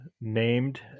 named